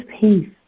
peace